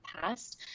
past